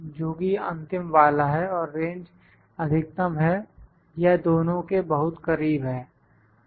जोकि अंतिम वाला है और रेंज अधिकतम है या दोनों के बहुत करीब है